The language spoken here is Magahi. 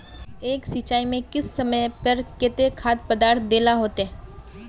एक सिंचाई में किस समय पर केते खाद पदार्थ दे ला होते?